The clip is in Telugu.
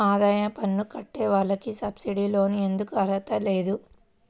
ఆదాయ పన్ను కట్టే వాళ్లకు సబ్సిడీ లోన్ ఎందుకు అర్హత లేదు?